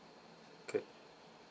okay